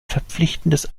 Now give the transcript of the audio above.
verpflichtendes